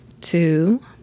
two